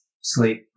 sleep